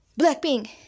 Blackpink